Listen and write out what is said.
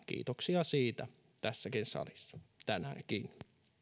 kiitoksia siitä tässäkin salissa tänäänkin